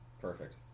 Perfect